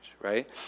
right